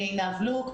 אני עינב לוק,